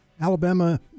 Alabama